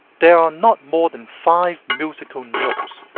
there are not more than five musical notes,